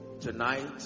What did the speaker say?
tonight